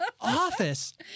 office